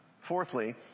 Fourthly